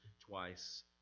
Twice